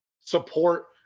support